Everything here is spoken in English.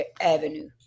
avenue